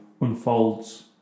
unfolds